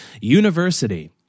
University